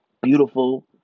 Beautiful